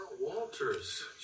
Walters